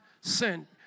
sin